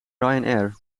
ryanair